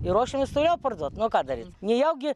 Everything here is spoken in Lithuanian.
ir ruošiamės toliau parduot nu o ką daryt nejaugi